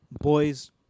boys